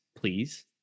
please